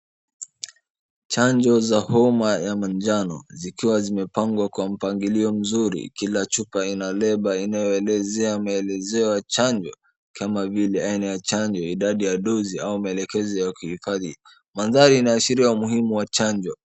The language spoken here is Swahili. Chanjo za homa ya manjano zikiwa zimepangwa kwa mpangilio mzuri. Kila chupa ina label inayoelezea maelezeo ya chanjo kama vile aina ya chanjo, idadi ya chanjo au maelezo ya kuhifadhi. Mandhari inaelezea umuhimu wa chanjo.